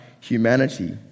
humanity